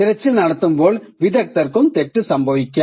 തിരച്ചിൽ നടത്തുമ്പോൾ വിദഗ്ധർക്കും തെറ്റ് സംഭവിക്കാം